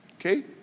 okay